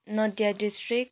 Nadia district